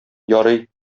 ярый